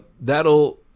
that'll